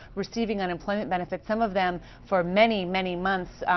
receiving unemployment benefits. some of them for many, many months